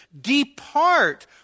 depart